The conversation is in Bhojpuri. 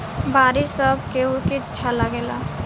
बारिश सब केहू के अच्छा लागेला